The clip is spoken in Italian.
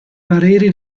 pareri